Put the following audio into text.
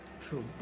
True